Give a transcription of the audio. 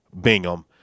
Bingham